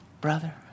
brother